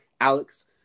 Alex